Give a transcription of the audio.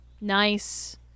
nice